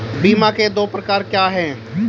बीमा के दो प्रकार क्या हैं?